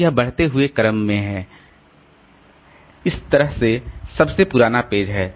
तो यह बढ़ते हुए क्रम में है लिए यह इस तरह से सबसे पुराना पेज है